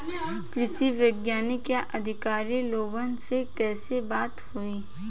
कृषि वैज्ञानिक या अधिकारी लोगन से कैसे बात होई?